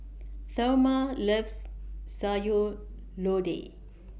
Thelma loves Sayur Lodeh